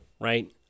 right